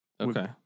Okay